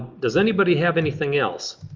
does anybody have anything else?